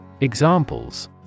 Examples